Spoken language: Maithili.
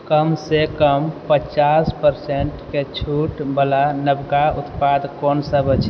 कमसँ कम पचास परसेन्टके छूटवला नवका उत्पाद कोनसभ अछि